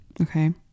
Okay